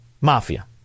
mafia